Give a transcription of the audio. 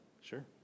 sure